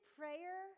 prayer